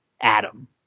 Adam